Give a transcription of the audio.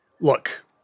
look